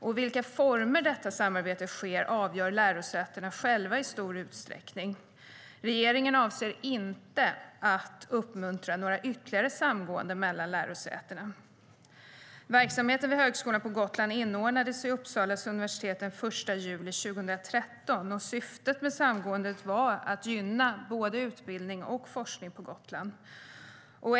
I vilka former detta samarbete sker avgör lärosätena i stor utsträckning själva. Regeringen avser inte att uppmuntra några ytterligare samgåenden mellan lärosäten. Verksamheten vid Högskolan på Gotland inordnades i Uppsala universitet den 1 juli 2013. Syftet med samgåendet var att gynna såväl utbildning som forskning på Gotland.